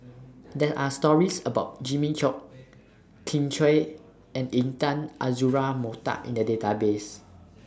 There Are stories about Jimmy Chok Kin Chui and Intan Azura Mokhtar in The Database